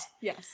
Yes